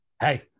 Hey